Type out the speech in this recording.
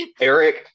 Eric